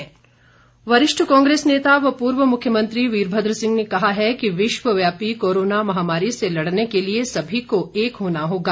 वीरभद्र सिंह वरिष्ठ कांग्रेस नेता व पूर्व मुख्यमंत्री वीरभद्र सिंह ने कहा है कि विश्वव्यापी कोरोना महामारी से लड़ने के लिए सभी को एक होना होगा